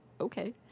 okay